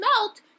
melt